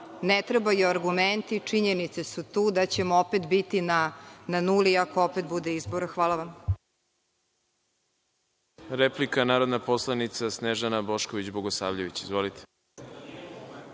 ne trebaju argumenti, činjenice su tu, da ćemo opet biti na nuli, ako opet bude izbora. Hvala vam. **Đorđe Milićević** Replika. Narodna poslanica Snežana Bošković Bogosavljević. Izvolite.